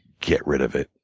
get rid of it.